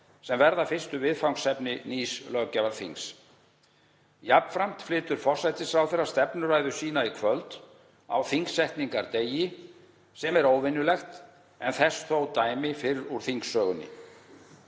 sem verða fyrstu viðfangsefni nýs löggjafarþings. Jafnframt flytur forsætisráðherra stefnuræðu sína í kvöld á þingsetningardegi, sem er óvenjulegt en þess eru þó dæmi fyrr úr þingsögunni.